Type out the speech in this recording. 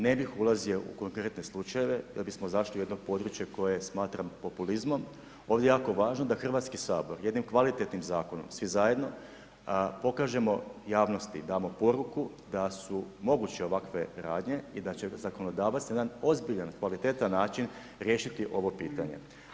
Ne bih ulazio u konkretne slučajeve jer bismo zašli u jedno područje koje smatram populizmom, ovdje ja jako važno da HS jednim kvalitetnim zakonom svi zajedno pokažemo javnosti i damo poruku da su moguće ovakve radnje i da će zakonodavac na jedan ozbiljan i kvalitetan način riješiti ovo pitanje.